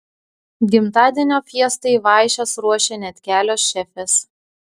gimtadienio fiestai vaišes ruošė net kelios šefės